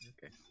Okay